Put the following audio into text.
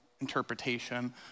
interpretation